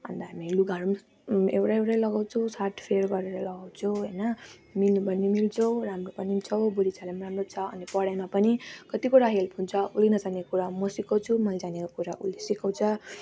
अन्त हामी लुगाहरू पनि एउटै एउटै लगाउँछौँ साटफेर गरेर लगाउँछौँ होइन मिल्नु पनि मिल्छौँ राम्रो पनि छौँ बोलीचालीमा पनि राम्रो छ अनि पढाइमा पनि कति कुरा हेल्प हुन्छ उसले नजान्ने कुरा म सिकाउँछु मैले जानेको कुरा उसले सिकाउँछ